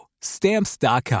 Stamps.com